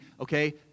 okay